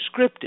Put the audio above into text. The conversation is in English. scripted